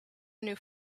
new